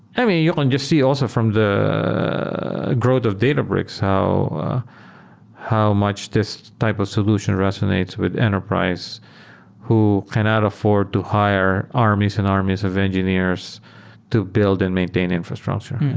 i mean, you can and just see also from the growth of databrix how how much this type of solution resonates with enterprise who cannot afford to hire armies and armies of engineers to build and maintain infrastructure.